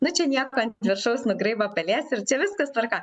nu čia nieko ant viršaus nugraibo pelėsį ir čia viskas tvarka